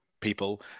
people